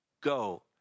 go